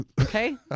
okay